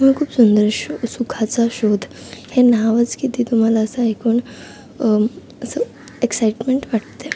त्यामुळे खूप संघर्ष सुखाचा शोध हे नावच किती तुम्हाला असं ऐकून असं एक्साइटमेंट वाटते